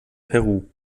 peru